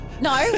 No